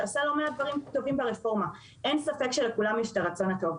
שעשה לא מעט דברים טובים ברפורמה אין ספק שלכולם יש את הרצון הטוב.